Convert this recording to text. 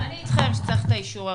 אני אתכם שצריך את האישור הראשוני.